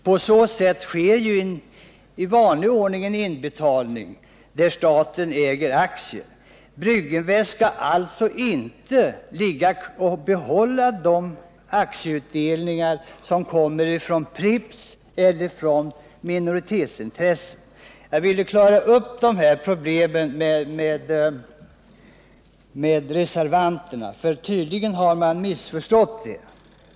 På så sätt sker ju inbetalning i vanlig ordning där staten äger aktier. Brygginvest skall alltså inte behålla de aktieutdelningar som kommer från Pripps eller från minoritetsintressen. Jag har velat klara ut de här problemen med reservanterna, som tycks ha missförstått förslaget.